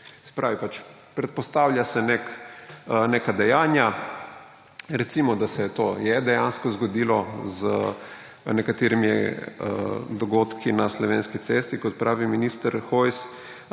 pravi predpostavljajo se neka dejanja, recimo, da se to je dejansko zgodilo z nekaterimi dogodki na Slovenski cesti, kot pravi minister Hojs,